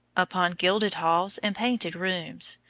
upon gilded halls and painted rooms,